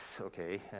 okay